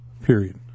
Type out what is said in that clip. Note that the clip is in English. Period